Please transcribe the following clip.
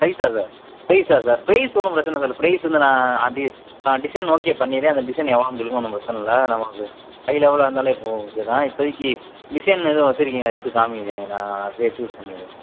பிரைஸா sir பிரைஸா sir price ஒன்றும் பிரச்சின இல்லை சார் பிரைஸ் வந்து நான் அது டி நான் டிசைன் ஓகே பண்ணிடுறேன் அந்த டிசைன் எவ்வளோன்னு சொல்லுங்கள் ஒன்றும் பிரச்சின இல்லை நமக்கு ஹை லெவலாக இருந்தால் இப்போ ஓகே தான் இப்போதிக்கி டிசைன் எதுவும் வச்சுருக்கிங்களா எடுத்து காமிங்களேன் நான் அப்படியே சூஸ் பண்ணிடுறேன்